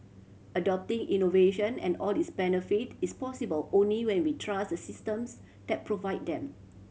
adopting innovation and all its benefit is possible only when we trust the systems that provide them